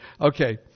Okay